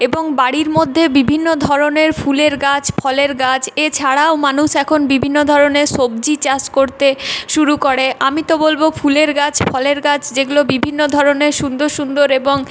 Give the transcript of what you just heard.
এবং বাড়ির মধ্যে বিভিন্ন ধরনের ফুলের গাছ ফলের গাছ এছাড়াও মানুষ এখন বিভিন্ন ধরনের সবজি চাষ করতে শুরু করে আমি তো বলবো ফুলের গাছ ফলের গাছ যেগুলো বিভিন্ন ধরনের সুন্দর সুন্দর এবং